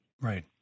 Right